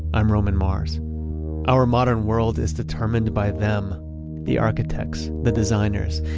i'm roman mars our modern world is determined by them the architects, the designers.